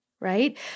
right